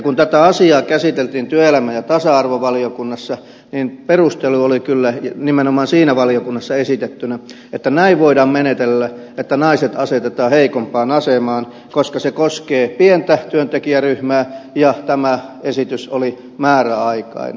kun tätä asiaa käsiteltiin työelämä ja tasa arvovaliokunnassa niin perustelu oli kyllä nimenomaan siinä valiokunnassa esitettynä että näin voidaan menetellä että naiset asetetaan heikompaan asemaan koska se koskee pientä työntekijäryhmää ja tämä esitys oli määräaikainen